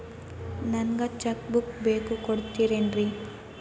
ನಂಗ cheque book ಬೇಕು ಕೊಡ್ತಿರೇನ್ರಿ?